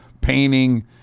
painting